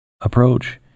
approach